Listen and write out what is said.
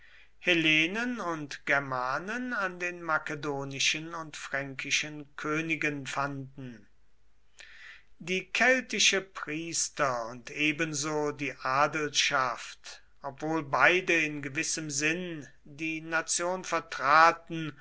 hellenen und germanen an den makedonischen und fränkischen königen fanden die keltische priester und ebenso die adelschaft obwohl beide in gewissem sinn die nation vertraten